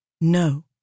No